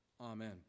Amen